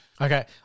Okay